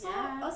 ya